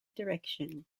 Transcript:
direction